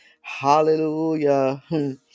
hallelujah